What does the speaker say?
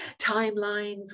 timelines